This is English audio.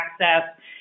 access